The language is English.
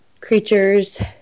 creatures